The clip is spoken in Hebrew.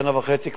שנה וחצי,